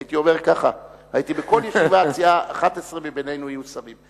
הייתי אומר ככה בכל ישיבת סיעה: 11 מבינינו יהיו שרים.